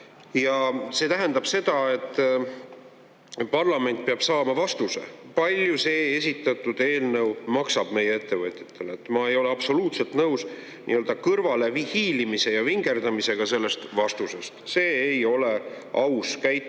see tähendab seda, et parlament peab saama vastuse, palju see esitatud eelnõu maksab meie ettevõtjatele. Ma ei ole absoluutselt nõus kõrvalehiilimise ja vingerdamisega sellest vastusest, see ei ole aus käitumine,